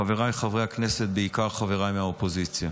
חבריי חברי הכנסת, בעיקר חבריי מהאופוזיציה.